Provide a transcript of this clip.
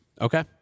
Okay